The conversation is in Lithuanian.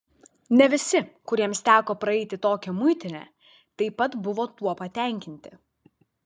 ne visi kuriems teko praeiti tokią muitinę taip pat buvo tuo patenkinti